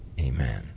amen